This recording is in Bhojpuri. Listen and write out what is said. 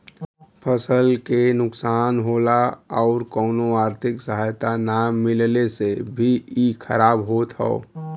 फसल के नुकसान होला आउर कउनो आर्थिक सहायता ना मिलले से भी इ खराब होत हौ